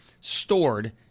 stored